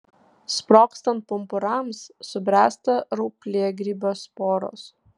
sprogstant pumpurams subręsta rauplėgrybio sporos